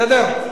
בסדר?